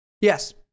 Yes